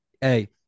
Hey